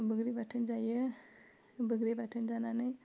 बैग्रि बाथोन जायो बैग्रि बाथोन जानानै